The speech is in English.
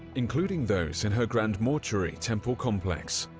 including those in her grand mortuary temple complex.